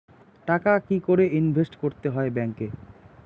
টাকা কি করে ইনভেস্ট করতে হয় ব্যাংক এ?